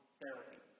therapy